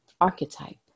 archetype